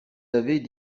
avez